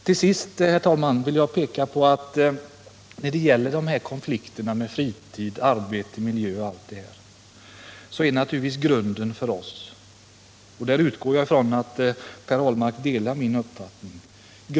Till sist, herr talman, vill jag peka på att när det gäller konflikterna mellan fritid, arbete och miljö m.m. är naturligtvis grunden för oss arbete — och jag utgår ifrån att Per Ahlmark delar min uppfattning.